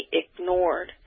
ignored